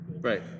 Right